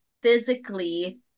physically